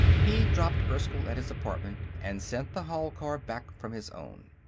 he dropped erskyll at his apartment and sent the hall-car back from his own.